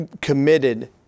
committed